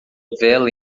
vela